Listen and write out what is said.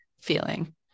feeling